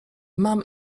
mam